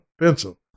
pencil